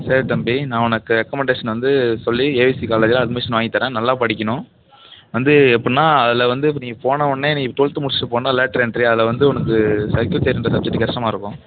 சரி தம்பி நான் உனக்கு ரெக்கமெண்டேஷன் வந்து சொல்லி ஏவிசி காலேஜில் அட்மிஷன் வாங்கி தர்றேன் நல்லா படிக்கணும் வந்து எப்படின்னா அதில் வந்து இப்போ நீ போன உடனே நீ டுவெல்த் முடிச்சுட்டு போனால் லேட்ரு என்ட்ரி அதில் வந்து உனக்கு சர்கியூட் சப்ஜெக்ட் கஷ்டமாக இருக்கும்